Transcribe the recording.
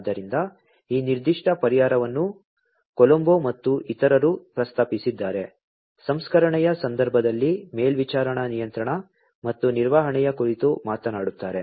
ಆದ್ದರಿಂದ ಈ ನಿರ್ದಿಷ್ಟ ಪರಿಹಾರವನ್ನು ಕೊಲಂಬೊ ಮತ್ತು ಇತರರು ಪ್ರಸ್ತಾಪಿಸಿದ್ದಾರೆ ಸಂಸ್ಕರಣೆಯ ಸಂದರ್ಭದಲ್ಲಿ ಮೇಲ್ವಿಚಾರಣಾ ನಿಯಂತ್ರಣ ಮತ್ತು ನಿರ್ವಹಣೆಯ ಕುರಿತು ಮಾತನಾಡುತ್ತಾರೆ